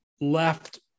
left